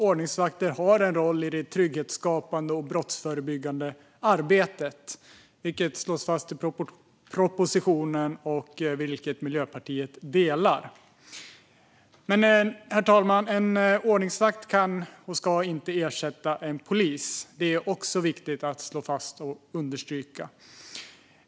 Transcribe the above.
Ordningsvakter har en roll i det trygghetsskapande och brottsförebyggande arbetet, vilket slås fast i propositionen. Miljöpartiet instämmer i det. Men en ordningsvakt kan inte och ska inte ersätta en polis. Det är också viktigt att understryka detta.